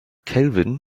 kelvin